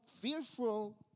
fearful